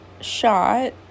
shot